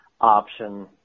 option